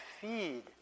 feed